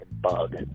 bug